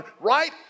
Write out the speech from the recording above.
right